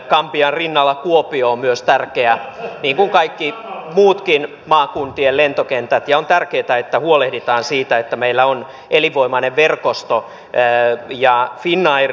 gambian rinnalla kuopio on myös tärkeä niin kuin kaikki muutkin maakuntien lentokentät ja on tärkeätä että huolehditaan siitä että meillä on elinvoimainen verkosto